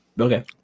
okay